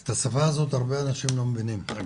את השפה הזאת הרבה אנשים לא מבינים.